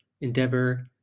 Endeavor